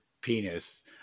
penis